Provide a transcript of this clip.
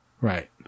Right